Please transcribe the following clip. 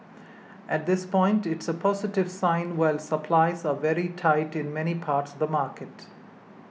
at this point it's a positive sign while supplies are very tight in many parts the market